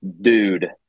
dude